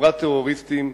חבורת טרוריסטים,